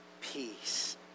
peace